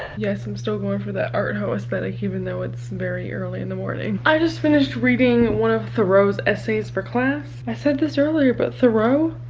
yes, i'm still going for that art hoe aesthetic even though it's very early in the morning. i just finished reading one of thoreau's essays for class. i said this earlier but thoreau?